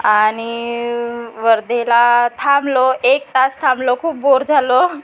आणि वर्ध्याला थांबलो एक तास थांबलो खूप बोर झालो